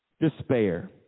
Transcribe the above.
despair